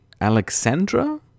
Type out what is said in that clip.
Alexandra